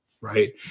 right